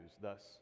Thus